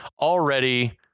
already